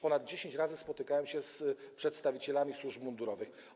Ponad dziesięć razy spotkałem się z przedstawicielami służb mundurowych.